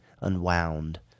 unwound